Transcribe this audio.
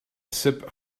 sip